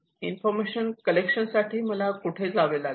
information collection साठी मला कुठे जावे लागेल